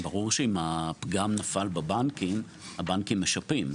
ברור שאם הפגם נפל בבנקים הבנקים משפים.